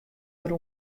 wer